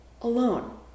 alone